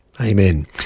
Amen